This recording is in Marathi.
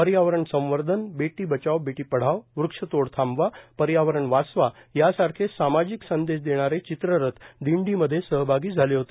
पर्यावरण संवर्धन बेटी बचाव बेटी पढाव वक्षतोड थांबवा पर्यावरण वाचवा यासारखे सामाजिक संदेश देणारे चित्ररथ दिंडी मध्ये सहभागी झाले होते